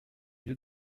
lieu